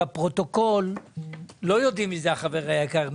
שבפרוטוקול לא יודעים מי זה החבר היקר.